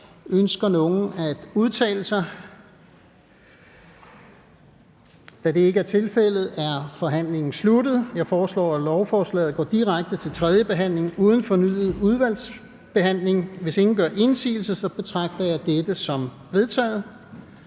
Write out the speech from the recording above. Ønsker nogen at udtale sig? Da det ikke er tilfældet, er forhandlingen sluttet. Jeg foreslår, at lovforslaget går direkte til tredje behandling uden fornyet udvalgsbehandling. Hvis ingen gør indsigelse, betragter jeg dette som vedtaget.